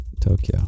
Tokyo